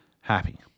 Happy